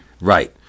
right